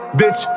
bitch